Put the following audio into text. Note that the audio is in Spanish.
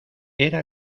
era